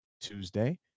Tuesday